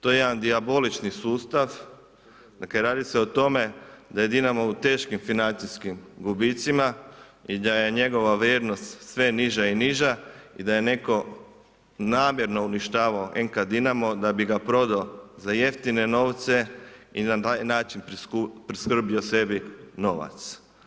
To je jedan dijabolični sustav, dakle radi se o tome da je Dinamo u teškim financijskim gubicima i da je njegova vrijednost sve niža i niža i daje neko namjerno uništavao NK Dinamo da bi ga prodao za jeftine novce i na taj način priskrbio sebi novac.